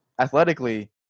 athletically